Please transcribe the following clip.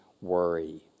worry